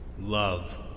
Love